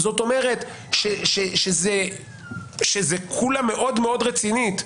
זאת אומרת שזוהי --- מאוד רצינית,